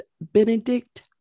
Benedict